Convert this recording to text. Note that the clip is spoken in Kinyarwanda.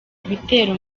ibitero